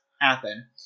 happen